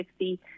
60